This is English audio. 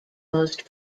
most